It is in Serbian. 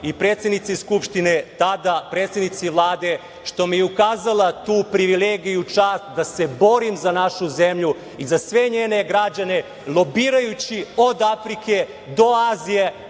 i predsednici Skupštine, tada predsednici Vlade, što mi je ukazala tu privilegiju i čast da se borim za našu zemlju i za sve njene građane, lobirajući od Afrike do Azije